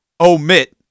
omit